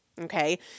okay